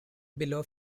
below